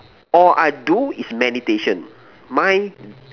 or I do is meditation mind